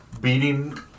beating